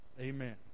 Amen